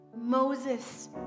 Moses